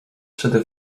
przede